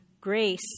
grace